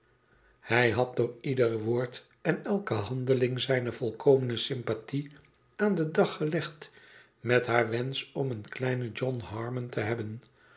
hij had door ieder woord en elke handeling zijne volkomene sympathie aan den dag gelegd met haar wensch om een kleinen john harmon te hebben